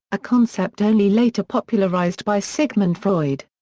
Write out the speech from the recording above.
a concept only later popularized by sigmund freud.